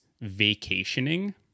vacationing